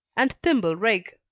and thimble-rig.